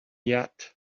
yet